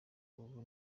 ubu